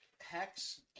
hex